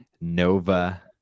Nova